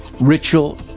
ritual